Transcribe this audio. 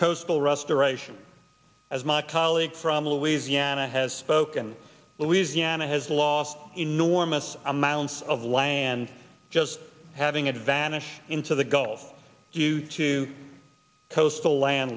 coastal restoration as my colleague from louisiana has spoken louisiana has lost enormous amounts of land just having it vanish into the gulf due to coastal land